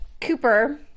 Cooper